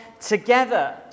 together